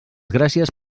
gràcies